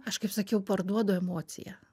aš kaip sakiau parduodu emociją